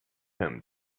him